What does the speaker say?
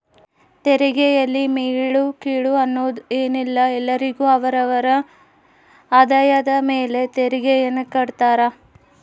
ತೆರಿಗೆಯಲ್ಲಿ ಮೇಲು ಕೀಳು ಅನ್ನೋದ್ ಏನಿಲ್ಲ ಎಲ್ಲರಿಗು ಅವರ ಅವರ ಆದಾಯದ ಮೇಲೆ ತೆರಿಗೆಯನ್ನ ಕಡ್ತಾರ